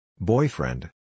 Boyfriend